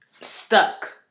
stuck